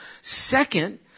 Second